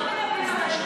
לא מדברים על השוטף,